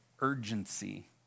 urgency